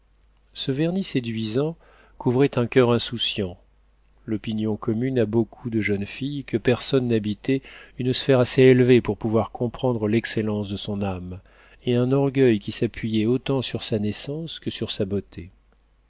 ce vernis séduisant couvrait un coeur insouciant l'opinion commune à beaucoup de jeunes filles que personne n'habitait une sphère assez élevée pour pouvoir comprendre l'excellence de son âme et un orgueil qui s'appuyait autant sur sa naissance que sur sa beauté